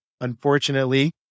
unfortunately